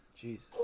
Jesus